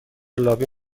لابی